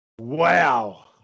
Wow